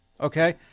okay